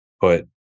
put